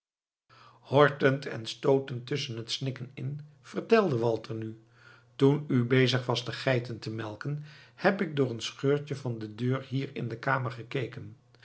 hortend en stootend tusschen het snikken in vertelde walter nu toen u bezig was de geiten te melken heb ik door een scheurtje van de deur hier in de kamer gekeken